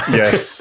yes